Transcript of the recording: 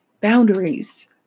boundaries